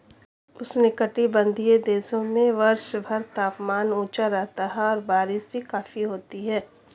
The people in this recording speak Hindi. उष्णकटिबंधीय देशों में वर्षभर तापमान ऊंचा रहता है और बारिश भी काफी होती है